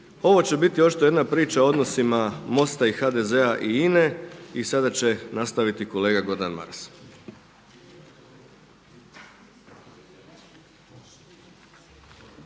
Ovo će biti očito jedna priča o odnosima MOST-a i HDZ-a i INA-e i sada će nastaviti kolega Maras.